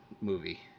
movie